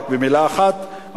רק במלה אחת,